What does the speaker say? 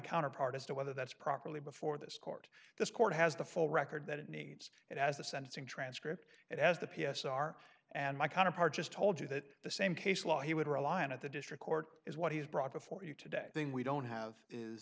counterpart as to whether that's properly before this court this court has the full record that it needs it has the sentencing transcript it has the p s r and my counterpart just told you that the same case law he would rely on at the district court is what he has brought before you today saying we don't have is